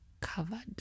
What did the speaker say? covered